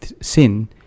sin